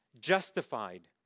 justified